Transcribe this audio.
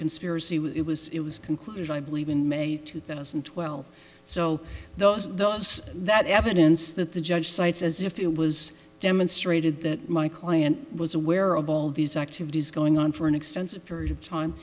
conspiracy was it was it was concluded i believe in may two thousand and twelve so those those that evidence that the judge cites as if it was demonstrated that my client was aware of all these activities going on for an extensive period of time